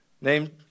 named